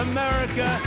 America